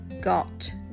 got